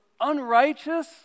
unrighteous